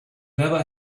never